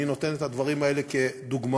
אני נותן את הדברים האלה כדוגמאות.